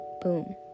Boom